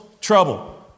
trouble